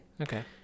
Okay